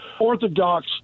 Orthodox